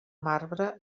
marbre